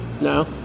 No